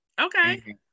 Okay